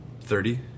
thirty